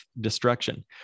destruction